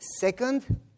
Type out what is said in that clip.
Second